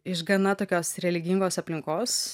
iš gana tokios religingos aplinkos